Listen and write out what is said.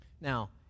Now